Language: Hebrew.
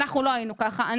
אנחנו לא היינו ככה.